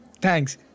Thanks